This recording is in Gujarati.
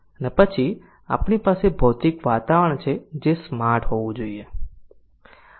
અને પછી આપણી પાસે ભૌતિક વાતાવરણ છે જે સ્માર્ટ હોવું જોઈએ